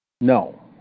No